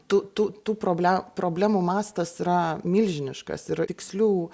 tų tų tų proble problemų mastas yra milžiniškas ir tikslių